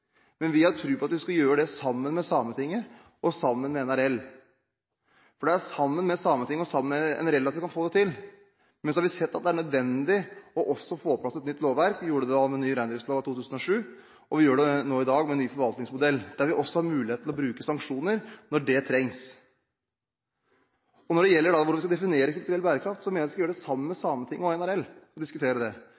Vi har tro på at vi skal gjøre det sammen med Sametinget og Norske Reindriftsamers Landsforbund, NRL, for det er sammen med Sametinget og NRL at vi kan få det til. Men så har vi sett at det er nødvendig også å få på plass et nytt lovverk. Vi gjorde det med den nye reindriftsloven i 2007, og vi gjør det nå i dag med en ny forvaltningsmodell der vi også har mulighet til å bruke sanksjoner når det trengs. Når det gjelder hvordan vi skal definere kulturell bærekraft, mener jeg at vi skal gjøre det sammen med